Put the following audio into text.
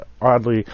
oddly